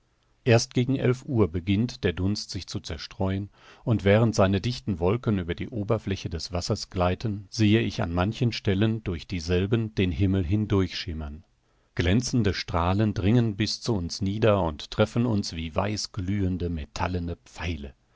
erst gegen elf uhr beginnt der dunst sich zu zerstreuen und während seine dichten wolken über die oberfläche des wassers gleiten sehe ich an manchen stellen durch dieselben den himmel hindurchschimmern glänzende strahlen dringen bis zu uns nieder und treffen uns wie weißglühende metallene pfeile